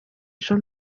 jean